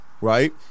right